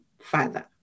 father